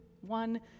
one